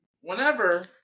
whenever